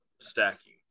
stacking